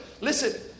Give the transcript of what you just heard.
Listen